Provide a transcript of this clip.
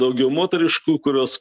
daugiau moteriškų kurios